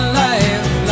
life